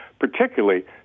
particularly